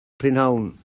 prynhawn